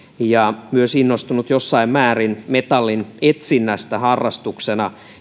ja myös innostunut jossain määrin metallinetsinnästä harrastuksena